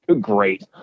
Great